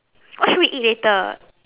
what should we eat later